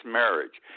marriage